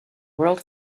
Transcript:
world